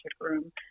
room